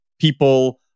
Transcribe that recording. People